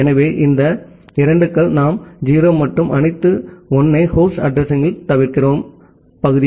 எனவே இந்த 2 கள் நாம் 0 மற்றும் அனைத்து 1 ஐ ஹோஸ்ட் அட்ரஸிங்யில் தவிர்க்கிறோம் பகுதி